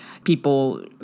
people